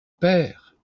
père